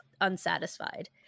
unsatisfied